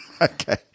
Okay